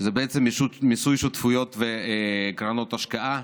שזה בעצם מיסוי שותפויות וקרנות השקעה.